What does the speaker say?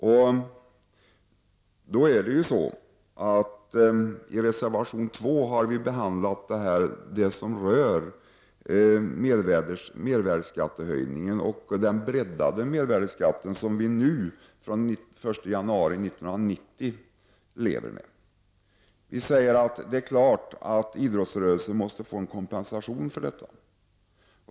Vi har i reservation 2 behandlat frågor som rör mervärdeskattehöjningen och den breddade mervärdeskatt som vi lever med nu från den 1 januari 1990. Självfallet måste idrottsrörelsen få en kompensation för detta.